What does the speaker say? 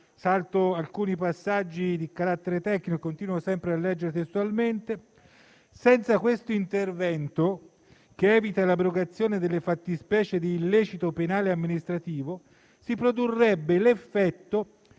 Salto alcuni passaggi di carattere tecnico e continuo sempre a leggere testualmente: «Senza questo intervento, che evita l'abrogazione delle fattispecie di illecito penale e amministrativo, si produrrebbe l'effetto